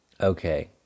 Okay